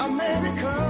America